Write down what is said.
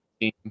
team